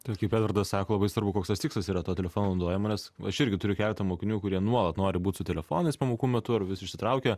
taip kaip edvardas sako labai svarbu koks tas tikslas yra to telefono naudojimo aš irgi turiu keletą mokinių kurie nuolat nori būti su telefonais pamokų metu ar vis išsitraukia